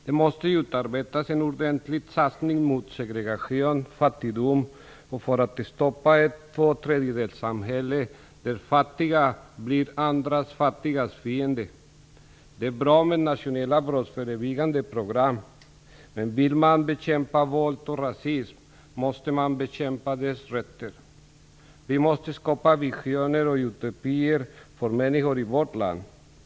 Det måste utarbetas en ordentlig satsning mot segregation och fattigdom och för att stoppa ett tvåtredjedelssamhälle, där fattiga blir andra fattigas fiende. Det är bra med nationella brottsförebyggande program, men vill man bekämpa våld och rasism måste man bekämpa dess rötter. Vi måste skapa visioner och utopier för människor i vårt land.